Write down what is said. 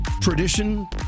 tradition